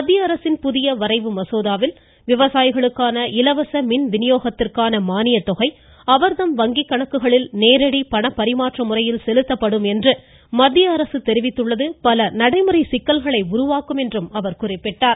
மத்திய அரசின் புதிய வரைவு மசோதாவில் விவசாயிகளுக்கான இலவச மின்வினியோகத்திற்கான மானியத் தொகை அவர்தம் வங்கிக்கணக்குகளில் நேரடி பணப்பரிமாற்ற முறையில் செலுத்தப்படும் என்று மத்திய அரசு தெரிவித்துள்ளது பல நடைமுறை சிக்கல்களை உருவாக்கும் என்று குறிப்பிட்டார்